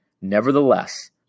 Nevertheless